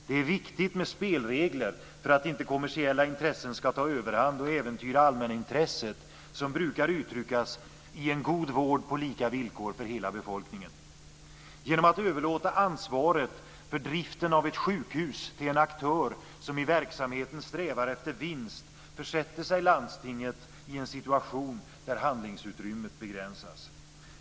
Det är viktigt med spelregler, för att inte kommersiella intressen ska ta överhand och äventyra allmänintresset, som brukar uttryckas i en god vård på lika villkor för hela befolkningen. Genom att överlåta ansvaret för driften av ett sjukhus till en aktör som i verksamheten strävar efter vinst försätter sig landstinget i en situation där handlingsutrymmet begränsas.